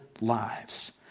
lives